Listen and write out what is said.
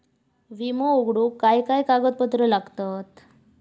विमो उघडूक काय काय कागदपत्र लागतत?